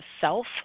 self